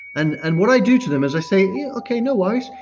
and and what i do to them is i say, yeah okay, no worries.